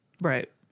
right